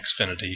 Xfinity